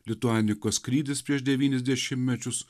lituanikos skrydis prieš devynis dešimtmečius